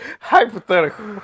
Hypothetical